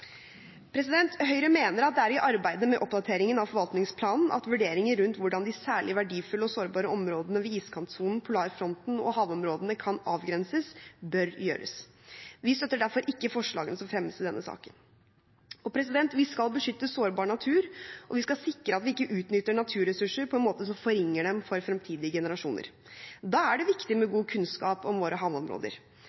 Høyre mener det er i arbeidet med oppdateringen av forvaltningsplanen at vurderinger rundt hvordan de særlig verdifulle og sårbare områdene ved iskantsonen, polarfronten og havområdene kan avgrenses, bør gjøres. Vi støtter derfor ikke forslagene som fremmes i denne saken. Vi skal beskytte sårbar natur, og vi skal sikre at vi ikke utnytter naturressurser på en måte som forringer dem for fremtidige generasjoner. Da er det viktig med